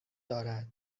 دارد